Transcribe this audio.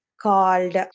called